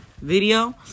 video